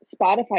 Spotify